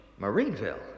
Marineville